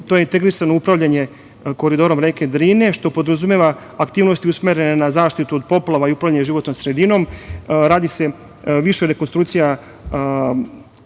To je integrisano upravljanje koridorom reke Drine, što podrazumeva aktivnosti usmerene na zaštitu od poplava i upravljanju životnom sredinom. Radi se više rekonstrukcija duž